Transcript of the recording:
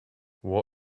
what